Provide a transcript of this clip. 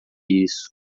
isso